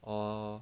or